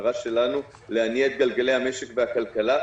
המטרה שלנו היא להניע את גלגלי המשק והכלכלה.